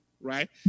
right